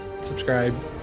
subscribe